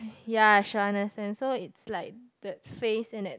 ya shall understand so it likes the face and that